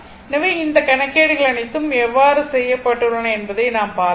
எனவே இந்த கணக்கீடுகள் அனைத்தும் எவ்வாறு செய்யப்பட்டுள்ளன என்பதை நாம் பார்த்தோம்